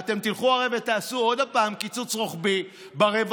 והרי אתם תלכו ותעשו עוד הפעם קיצוץ רוחבי ברווחה,